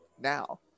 now